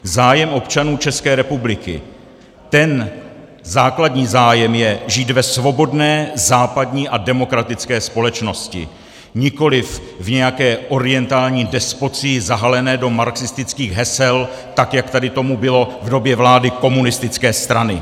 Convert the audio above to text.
Zájem občanů České republiky, ten základní zájem je žít ve svobodné západní a demokratické společnosti, nikoliv v nějaké orientální despocii zahalené do marxistických hesel, tak jak tady tomu bylo v době vlády komunistické strany.